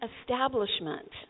establishment